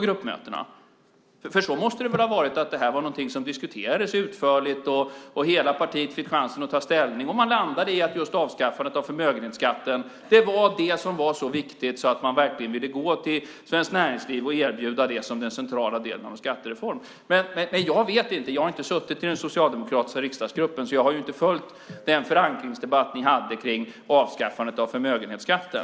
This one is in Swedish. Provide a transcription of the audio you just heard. Det här måste väl ha varit någonting som diskuterades utförligt, att hela partiet fick chansen att ta ställning och att man landade i att just avskaffandet av förmögenhetsskatten var det som var så viktigt att man verkligen ville gå till Svenskt Näringsliv och erbjuda det som den centrala delen av en skattereform. Men jag vet inte. Jag har inte suttit i den socialdemokratiska riksdagsgruppen, så jag har inte följt den förankringsdebatt ni hade om avskaffandet av förmögenhetsskatten.